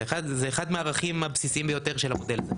זה אחד מהערכים הבסיסיים ביותר של המודל.